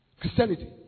Christianity